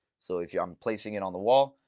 so if you're um placing it on the wall,